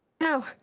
No